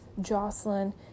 Jocelyn